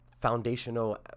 foundational